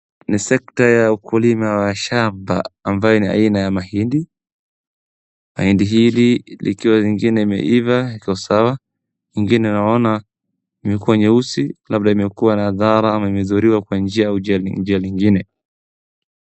Ni sekta ya ukulima wa shamba ambayo ni aina ya mahindi mahindi hili likiwa lingine limeiva liko sawa ingine naona imekuwa nyeusi labda imekuwa na dhara au imedhuriwa kwa njia ya njia lingine